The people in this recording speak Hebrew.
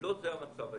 ולא זה המצב היום.